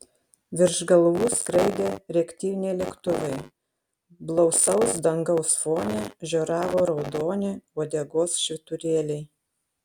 virš galvų skraidė reaktyviniai lėktuvai blausaus dangaus fone žioravo raudoni uodegos švyturėliai